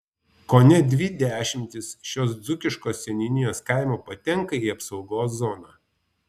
kone dvi dešimtys šios dzūkiškos seniūnijos kaimų patenka į apsaugos zoną